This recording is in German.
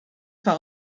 zwar